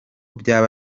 byaba